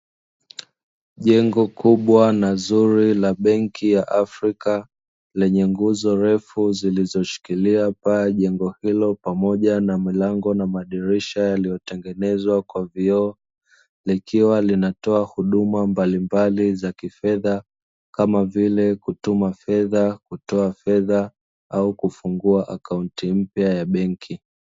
Jengo kubwa na zuri la benki ya Afrika, lenye nguzo refu zilizoshikilia paa la jengo hilo, pamoja na milango na madirisha yaliyotengenezwa kwa vioo. Likiwa linatoa huduma mbalimbali za kifedha kama vile: kutuma fedha, kutoa fedha au kufungua akaunti mpya ya benki.